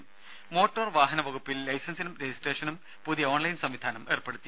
രുര മോട്ടോർ വാഹന വകുപ്പിൽ ലൈസൻസിനും രജിസ്ട്രേഷനും പുതിയ ഓൺലൈൻ സംവിധാനം ഏർപ്പെടുത്തി